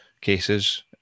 cases